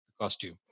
costume